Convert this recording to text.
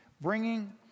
bringing